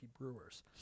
Brewers